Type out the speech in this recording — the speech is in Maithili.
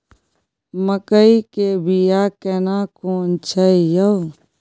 मकई के बिया केना कोन छै यो?